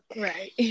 right